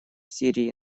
сирии